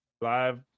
live